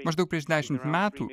maždaug prieš dešimt metų